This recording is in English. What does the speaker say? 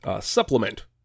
supplement